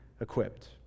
equipped